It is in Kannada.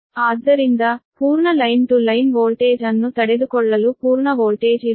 ಆದ್ದರಿಂದ ಪೂರ್ಣ ಲೈನ್ ಟು ಲೈನ್ ವೋಲ್ಟೇಜ್ ಅನ್ನು ತಡೆದುಕೊಳ್ಳಲು ಪೂರ್ಣ ವೋಲ್ಟೇಜ್ ಇರುತ್ತದೆ